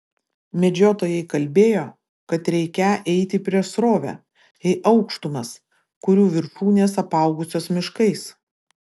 medžiotojai kalbėjo kad reikią eiti prieš srovę į aukštumas kurių viršūnės apaugusios miškais